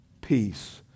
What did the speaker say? peace